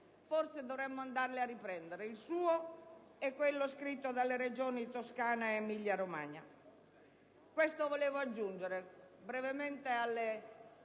(forse dovremmo andare a riprenderli) il suo e quello scritto dalle Regioni Toscana ed Emilia-Romagna. Questo volevo aggiungere brevemente agli